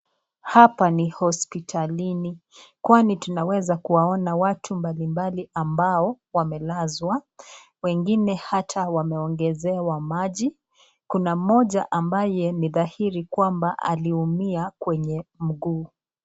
Hapa ni hospitalini. Kwani tunaweza kuwaona watu mbalimbali ambao wamelazwa. Wengine hata wameongezewa maji. Kuna mmoja ambaye ni dhahiri kwamba aliumia kwenye mguu.